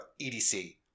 EDC